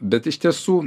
bet iš tiesų